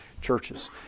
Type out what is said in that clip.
churches